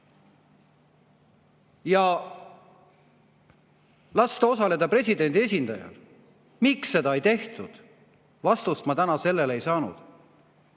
ja lasta osaleda presidendi esindajal? Miks seda ei tehtud? Vastust ma täna sellele ei saanud.